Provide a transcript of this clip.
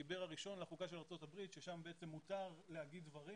הדיבר הראשון לחוקה של ארצות הברית שם בעצם מותר לומר דברים,